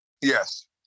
Yes